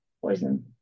Poison